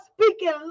speaking